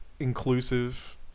Inclusive